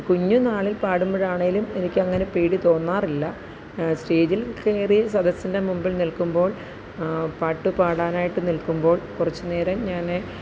കുഞ്ഞുനാളിൽ പാടുമ്പോഴാണേലും എനിക്കങ്ങനെ പേടി തോന്നാറില്ല സ്റ്റേജിൽ കയറി സദസ്സിൻ്റെ മുമ്പിൽ നിൽക്കുമ്പോൾ പാട്ടുപാടാനായിട്ട് നിൽക്കുമ്പോൾ കുറച്ച് നേരം ഞാൻ